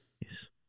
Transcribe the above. Yes